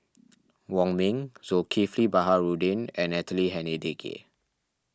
Wong Ming Zulkifli Baharudin and Natalie Hennedige